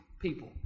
people